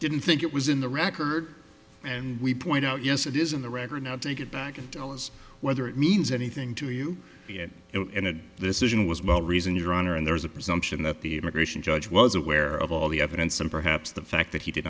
didn't think it was in the record and we point out yes it is in the record now take it back and tell us whether it means anything to you and if this isn't was about reason your honor and there is a presumption that the immigration judge was aware of all the evidence and perhaps the fact that he did